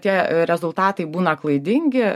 tie rezultatai būna klaidingi